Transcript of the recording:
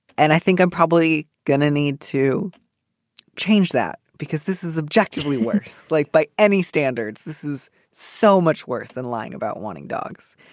and i think i'm probably going to need to change that because this is objectively worse. like by any standards, this is so much worse than lying about wanting dogs.